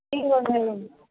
एवमेवम्